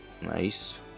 Nice